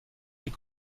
les